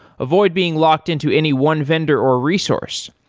avoid being locked into any one vendor or resource.